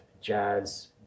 jazz